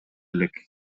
элек